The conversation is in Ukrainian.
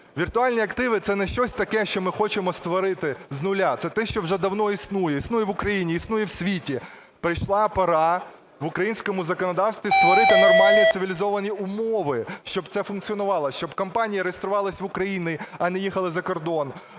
Віртуальні активи – це не щось таке, що ми хочемо створити з нуля, це те, що вже давно існує, існує в Україні, існує в світі. Прийшла пора в українському законодавстві створити нормальні цивілізовані умови, щоб це функціонувало, щоб компанії реєструвалися в Україні, а не їхали за кордон,